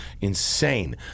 insane